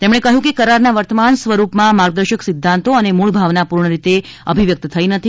તેમણે કહ્યું હતું કે કરારના વર્તમાન સ્વરૂપમાં માર્ગદર્શક સિધ્ધાંતો અને મૂળ ભાવના પૂર્ણરીતે અભિવ્યક્ત થઇ નથી